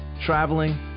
traveling